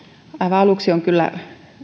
aluksi on kyllä